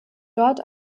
dort